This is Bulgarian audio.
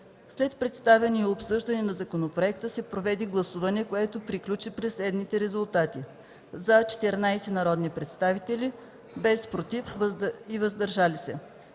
След представяне и обсъждане на законопроекта се проведе гласуване, което приключи при следните резултати: “за” – 14 народни представители, без “против” и „въздържали се”.